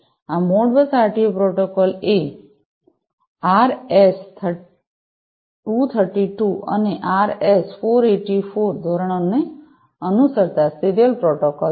આ Modbus RTU protocol એ RS 232 અને આરએસ 484 ધોરણોને અનુસરતા સિરિયલ પ્રોટોકોલ છે